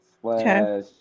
slash